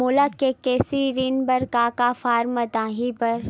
मोला के.सी.सी ऋण बर का का फारम दही बर?